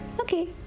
okay